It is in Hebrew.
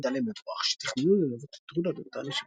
זוגו דליה מבורך שתכננו ללוות את טרודה דותן,